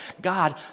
God